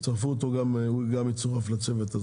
תצרפו גם אותו, הוא גם יצורף לצוות הזה.